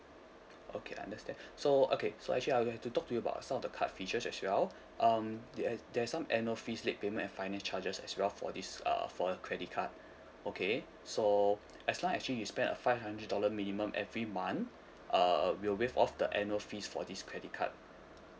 okay I understand so okay so actually I would have to talk to you about some of the card features as well um there there's some annual fees late payment and finance charges as well for this err for a credit card okay so as long as you actually spend a five hundred dollar minimum every month uh we'll waive off the annual fees for this credit card